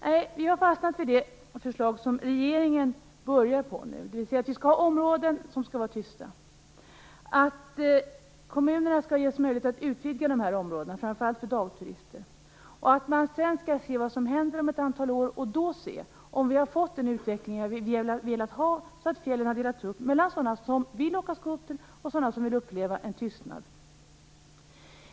Vi har i stället fastnat för det förslag som regeringen börjar på nu. Vi skall ha områden som skall vara tysta. Kommunerna skall ges möjlighet att utvidga de här områdena, framför allt för dagturister. Sedan skall man se vad som händer om ett antal år och då se om vi har fått den utveckling som vi har velat ha så att fjällen har delats upp mellan sådana som vill åka skoter och sådana som vill uppleva tystnad.